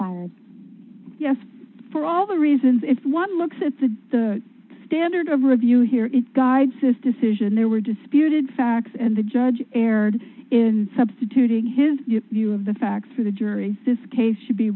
our yes for all the reasons if one looks at the standard of review here it guides his decision there were disputed facts and the judge erred in substituting his view of the facts for the jury this case should be